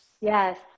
Yes